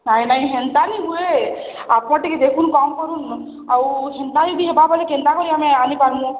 ନାଇଁ ନାଇଁ ହେନ୍ତା ନାଇଁ ହୁଏ ଆପଣ ଟିକେ ଦେଖୁନୁ କମ୍ କରୁନ୍ ଆଉ ହେନ୍ତା ଯଦି ହେବା ବୋଲେ କେନ୍ତା କରି ଆମେ ଆଣିପାରମୁ